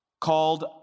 called